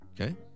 Okay